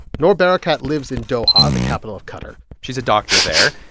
nour barakat lives in doha, the capital of qatar she's a doctor there.